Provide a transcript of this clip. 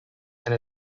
and